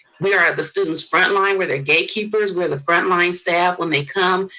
we are at the students' frontline, we're the gatekeepers, we're the frontline staff when they come.